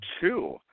two